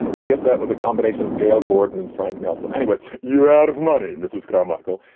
i guess that was a combination of gail gordon and frank nelson. anyway, you're out of money, mrs. carmichael.